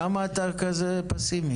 למה אתה כזה פאסימי?